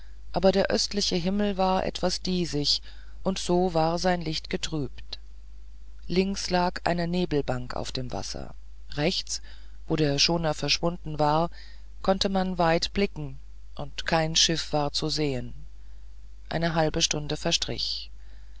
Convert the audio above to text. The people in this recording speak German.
aber der östliche himmel war etwas diesig und so war sein licht getrübt links lag eine nebelbank auf dem wasser rechts wo der schoner verschwunden war konnte man weit blicken und kein schiff war zu sehen eine halbe stunde verstrich